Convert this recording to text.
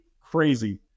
Crazy